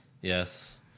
Yes